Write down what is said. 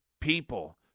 People